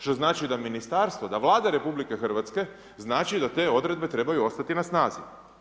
Što znači da Ministarstvo, da Vlada RH znači da te odredbe trebaju ostati na snazi.